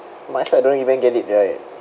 might as well don't even get it right